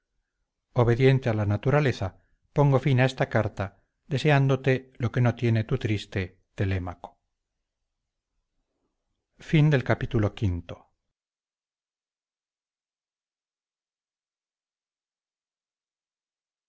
obediente a la naturaleza pongo fin a esta carta deseándote lo que no tiene tu triste telémaco